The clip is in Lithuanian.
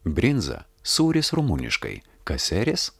brinza sūris rumuniškai kaseris